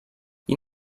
you